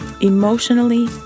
emotionally